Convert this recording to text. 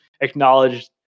acknowledged